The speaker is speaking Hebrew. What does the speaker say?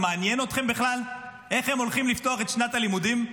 זה מעניין אתכם בכלל איך הם הולכים לפתוח את שנת הלימודים?